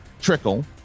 Trickle